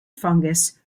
fungus